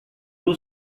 two